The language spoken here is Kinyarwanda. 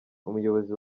umuyobozi